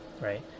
right